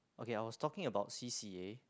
okay I was talking about C_C_A